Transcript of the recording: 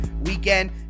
weekend